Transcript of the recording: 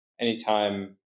anytime